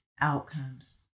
outcomes